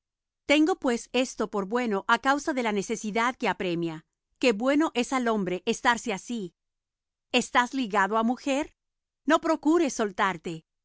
tengo pues esto por bueno á causa de la necesidad que apremia que bueno es al hombre estarse así estás ligado á mujer no procures soltarte